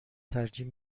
ترجیح